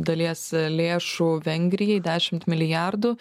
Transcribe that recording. dalies lėšų vengrijai dešimt milijardų